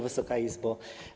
Wysoka Izbo!